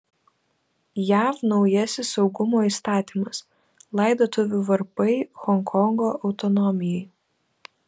jav naujasis saugumo įstatymas laidotuvių varpai honkongo autonomijai